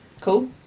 cool